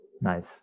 Nice